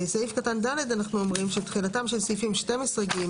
בסעיף קטן (ד) אנחנו אומרים: (ד)תחילתם של סעיפים 12(ג),